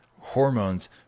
hormones